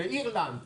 לאירלנד.